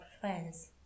friends